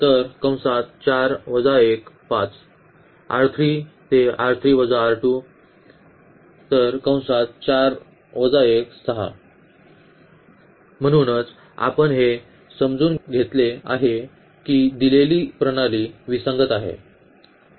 म्हणूनच आपण हे समजून घेतले आहे की दिलेली प्रणाली विसंगत आहे